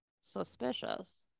suspicious